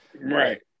Right